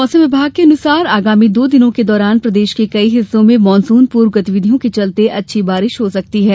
मौसम विभाग के अनुसार आगामी दो दिनों के दौरान प्रदेश के कई हिस्सों में मॉनसून पूर्व गतिविधियों के चलते अच्छी बारिश हो सकती है